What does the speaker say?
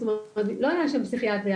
לא ענין של פסיכיאטריה,